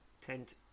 tent